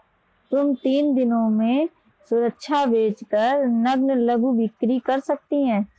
तुम तीन दिनों में सुरक्षा बेच कर नग्न लघु बिक्री कर सकती हो